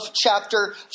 chapter